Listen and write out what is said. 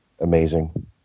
amazing